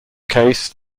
case